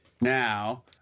Now